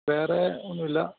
വേറേ ഒന്നുമില്ല